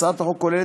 הצעת החוק כוללת